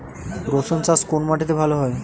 রুসুন চাষ কোন মাটিতে ভালো হয়?